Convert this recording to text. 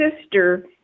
sister